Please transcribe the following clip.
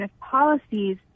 policies